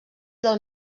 del